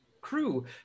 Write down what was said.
crew